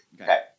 okay